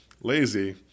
lazy